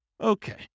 Okay